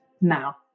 now